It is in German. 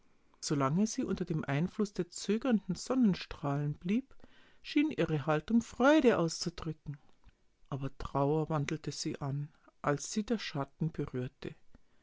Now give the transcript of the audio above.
solange sie unter dem einfluß der zögernden sonnenstrahlen blieb schien ihre haltung freude auszudrücken aber trauer wandelte sie an als sie der schatten berührte